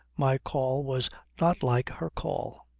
my call was not like her call.